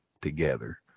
together